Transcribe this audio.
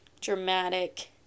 dramatic